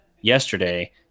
yesterday